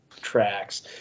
tracks